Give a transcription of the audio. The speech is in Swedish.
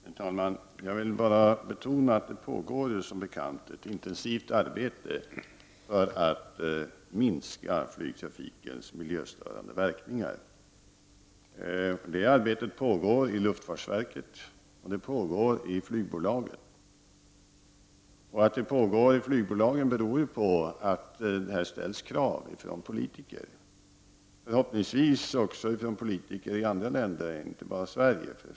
Herr talman! Jag vill bara betona att det som bekant pågår ett intensivt arbete för att minska flygtrafikens miljöstörande verkningar. Det arbetet pågår i luftfartsverket och i flygbolagen. Att det pågår i flygbolagen beror på att det har ställts krav av politiker. Förhoppningsvis har det ställts krav också av politiker i andra länder, inte bara i Sverige.